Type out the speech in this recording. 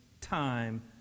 time